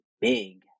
big